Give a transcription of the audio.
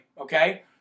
Okay